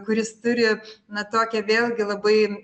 kuris turi na tokią vėlgi labai